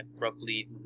roughly